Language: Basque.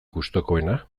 gustukoena